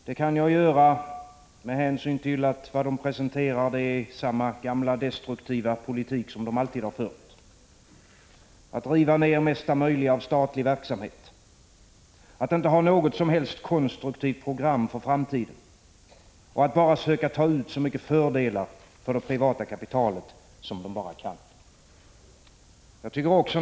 Det kan jag göra med hänsyn till att de presenterar samma gamla destruktiva politik som de alltid har fört; att riva ner mesta möjliga av statlig verksamhet, att inte ha något som helst konstruktivt program för framtiden och att bara söka ta ut så mycket fördelar 13 för det privata kapitalet som de bara kan.